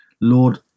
Lord